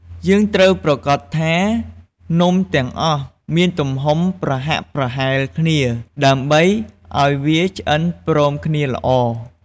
យើងត្រូវប្រាកដថា នំទាំងអស់មានទំហំប្រហាក់ប្រហែលគ្នា ដើម្បីឱ្យវាឆ្អិនព្រមគ្នាល្អ។